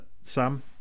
sam